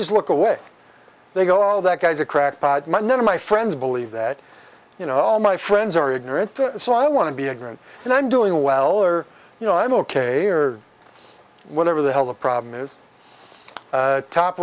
just look away they go all that guys a crackpot my none of my friends believe that you know all my friends are ignorant so i want to be ignorant and i'm doing well or you know i'm ok or whatever the hell the problem is